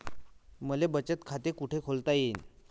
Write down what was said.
मले बचत खाते कुठ खोलता येईन?